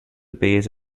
base